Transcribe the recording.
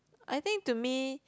I think to me